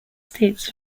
states